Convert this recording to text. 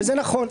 וזה נכון.